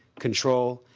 control,